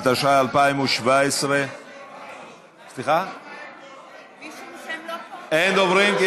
התשע"ח 2017. איך זה שאין דוברים?